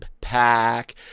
pack